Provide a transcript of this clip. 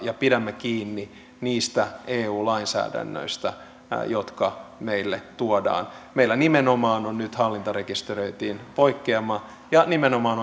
ja pidämme kiinni niistä eu lainsäädännöistä jotka meille tuodaan meillä nimenomaan on nyt hallintarekisteröintiin poikkeama ja nimenomaan